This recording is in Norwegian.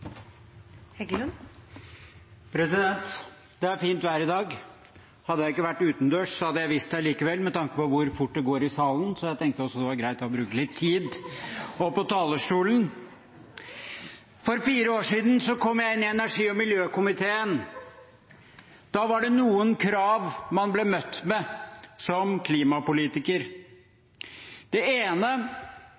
fint vær i dag. Hadde jeg ikke vært utendørs, hadde jeg visst det allikevel med tanke på hvor fort det går i salen, så jeg tenkte det at det var greit å bruke litt tid på talerstolen. For fire år siden kom jeg inn i energi- og miljøkomiteen. Da var det noen krav man ble møtt med som klimapolitiker.